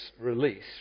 release